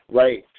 right